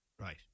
right